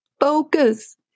focus